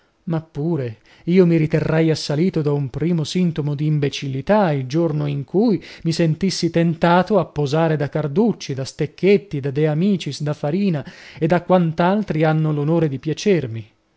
ma pure io mi riterrei assalito da un primo sintomo di imbecillità il giorno in cui mi sentissi tentato a posare da carducci da stecchetti da de amicis da farina e da quant'altri hanno l'onore di piacermi